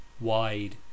wide